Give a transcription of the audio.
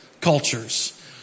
cultures